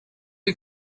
you